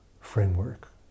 framework